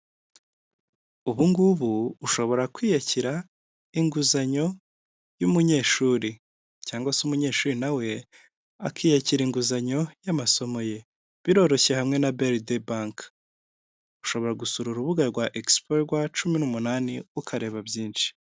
Ubu ngubu ushobora kwiyakira inguzanyo y'umunyeshuri cyangwa se umunyeshuri nawe akiyakira inguzanyo y'amasomo ye, biroroshye hamwe na beride banke, ushobora gusura urubuga rwa egisipo rwa cumi n'umunani ukareba byinshi.